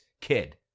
kid